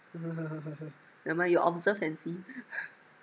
never mind you observe and see